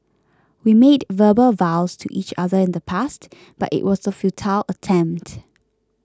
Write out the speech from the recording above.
we made verbal vows to each other in the past but it was a futile attempt